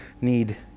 need